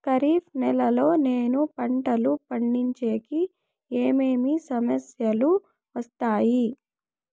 ఖరీఫ్ నెలలో నేను పంటలు పండించేకి ఏమేమి సమస్యలు వస్తాయి?